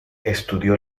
estudió